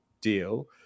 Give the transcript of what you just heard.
deal